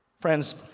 Friends